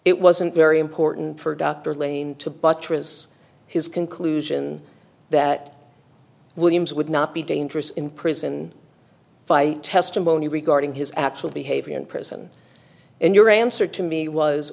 it wasn't very important for dr lane to buttress his conclusion that williams would not be dangerous in prison by testimony regarding his actual behavior in prison and your answer to me was